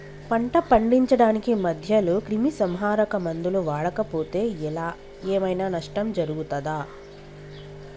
పంట పండించడానికి మధ్యలో క్రిమిసంహరక మందులు వాడకపోతే ఏం ఐనా నష్టం జరుగుతదా?